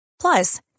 Plus